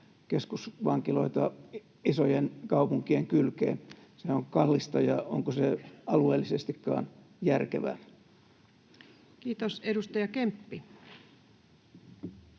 keskusvankiloita isojen kaupunkien kylkeen. Se on kallista, ja onko se alueellisestikaan järkevää? [Speech 187] Speaker: